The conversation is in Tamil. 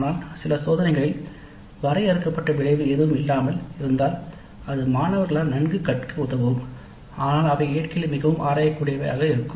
ஆனால் சில சோதனைகளில் வரையறுக்கப்பட்ட விளைவு எதுவும் இல்லாமல் இருந்தால் அது மாணவர்களால் நன்கு கற்க உதவும் ஆனால் அவை இயற்கையில் மிகவும் ஆராயக்கூடியவை ஆக இருக்கும்